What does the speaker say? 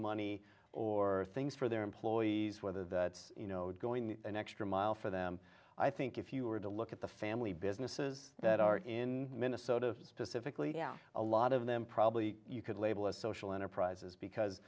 money or things for their employees whether that's you know going an extra mile for them i think if you were to look at the family businesses that are in minnesota specifically yeah a lot of them probably you could label as social enterprises because